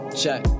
check